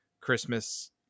Christmas